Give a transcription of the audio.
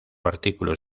artículos